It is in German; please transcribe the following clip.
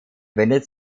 wendet